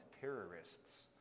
terrorists